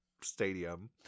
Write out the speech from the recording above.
stadium